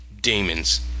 demons